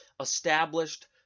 established